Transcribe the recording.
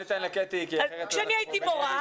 כשאני הייתי מורה,